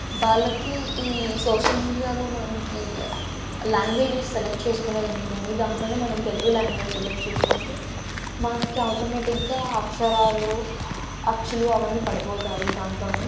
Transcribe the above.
వాళ్ళకి ఈ సోషల్ మీడియాలో మనకి లాంగ్వేజెస్ సెలెక్ట్ చేసుకునేది ఉంటుంది దాంట్లోనే మనం తెలుగు లాంగ్వేజ్ సెలెక్ట్ చేసుకుంటే మనకి ఆటోమేటిక్గా అక్షరాలు అచ్చులు అవన్నీ పడిపోతాయి దాంట్లోనే